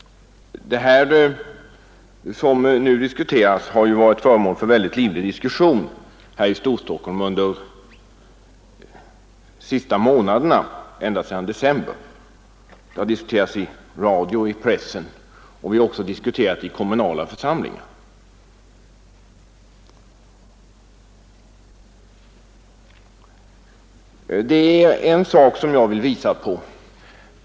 Det ämne som nu diskuteras har ju varit föremål för mycket livlig diskussion här i Storstockholm ända sedan december i fjol. Det har diskuterats i radio och i pressen, och vi har också diskuterat det i kommunala församlingar. Det är särskilt en sak som jag vill visa på.